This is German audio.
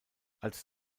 als